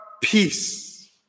peace